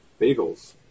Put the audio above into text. bagels